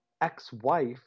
ex-wife